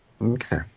okay